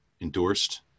endorsed